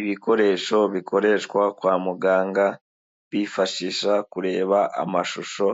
Ibikoresho bikoreshwa kwa muganga, bifashisha kureba amashusho